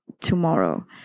tomorrow